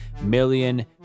million